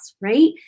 right